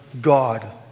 God